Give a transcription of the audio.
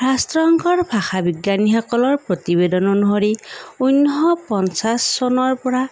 ৰাষ্ট্ৰসংঘৰ ভাষাবিজ্ঞানীসকলৰ প্ৰতিবেদন অনুসৰি ঊনৈছশ পঞ্চাছ চনৰ পৰা